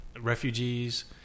refugees